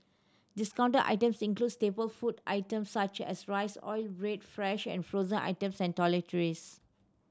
discounted item staple food item such as rice oil bread fresh and frozen and toiletries